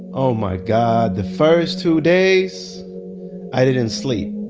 oh my god, the first two days i didn't sleep.